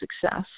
success